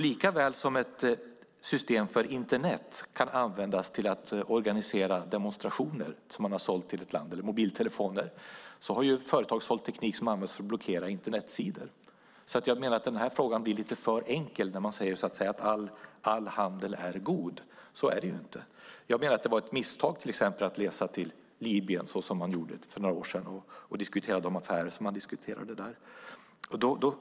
Likaväl som ett system för Internet eller mobiltelefoner som man har sålt till ett land kan användas för att organisera demonstrationer har ju företag sålt teknik för att blockera Internetsidor. Jag menar att det blir lite för enkelt när man säger att all handel är god. Så är det inte. Jag menar till exempel att det var ett misstag att resa till Libyen och diskutera affärer såsom man gjorde för några år sedan.